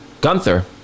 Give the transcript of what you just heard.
Gunther